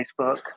Facebook